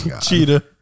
cheetah